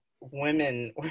women